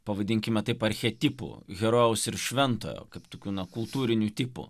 pavadinkime taip archetipų herojaus ir šventojo kaip tokių na kultūrinių tipų